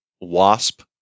Wasp